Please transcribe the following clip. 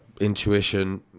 intuition